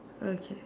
okay